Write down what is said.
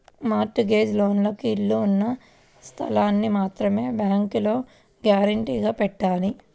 mart gauge లోన్లకు ఇళ్ళు ఉన్న స్థలాల్ని మాత్రమే బ్యేంకులో గ్యారంటీగా పెట్టాలి